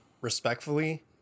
Respectfully